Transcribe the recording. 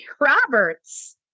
Roberts